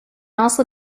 also